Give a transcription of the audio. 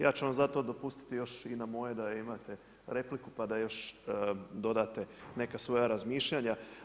Ja ću vam zato dopustiti još i na moje imate repliku, pa da još dodate neka svoja razmišljanja.